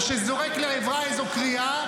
או שזורק לעברה איזו קריאה,